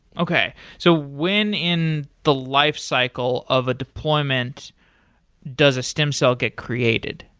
okay. so when in the lifecycle of a deployment does a stem cell get created?